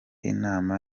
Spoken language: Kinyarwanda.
inama